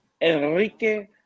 Enrique